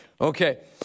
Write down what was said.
Okay